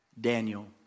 Daniel